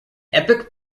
epic